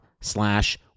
slash